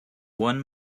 one